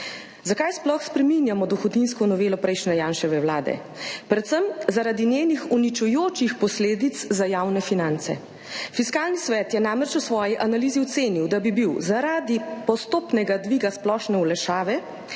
Zakaj sploh spreminjamo dohodninsko novelo prejšnje Janševe vlade? Predvsem, zaradi njenih uničujočih posledic za javne finance. Fiskalni svet je namreč v svoji analizi ocenil, da bi bil zaradi postopnega dviga splošne olajšave